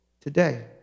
today